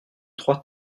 trois